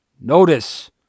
Notice